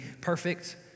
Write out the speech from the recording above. perfect